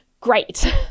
great